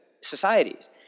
societies